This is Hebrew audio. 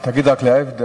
אבל תגיד רק "להבדיל",